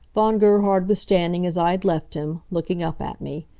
von gerhard was standing as i had left him, looking up at me.